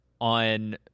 On